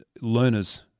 learners